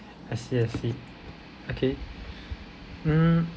I see I see okay hmm